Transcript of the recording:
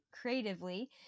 creatively